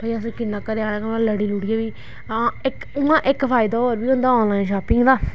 भाई अस किन्ना घरै आहलें कोला लड़ी लुड़ियै बी आं इक उआं एक्क फायदा होर बी होंदा आनलाइन शापिंग दा